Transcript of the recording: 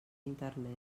internet